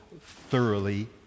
thoroughly